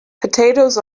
potatoes